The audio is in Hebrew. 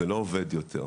זה לא עובד יותר.